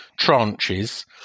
tranches